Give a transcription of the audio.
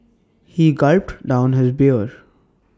he gulped down his beer